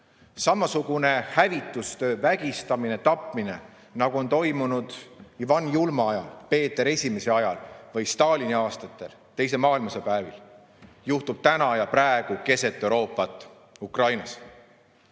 Samasugune hävitustöö, vägistamine, tapmine, nagu on toimunud Ivan Julma ajal, Peeter I ajal või Stalini aastatel teise maailmasõja päevil, käib täna ja praegu keset Euroopat – Ukrainas. On